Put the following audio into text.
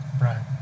Right